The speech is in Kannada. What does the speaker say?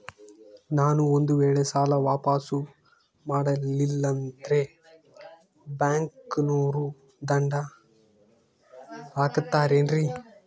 ನಾನು ಒಂದು ವೇಳೆ ಸಾಲ ವಾಪಾಸ್ಸು ಮಾಡಲಿಲ್ಲಂದ್ರೆ ಬ್ಯಾಂಕನೋರು ದಂಡ ಹಾಕತ್ತಾರೇನ್ರಿ?